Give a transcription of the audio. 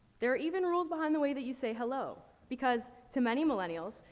there are even rules behind the way that you say hello. because to many millennials,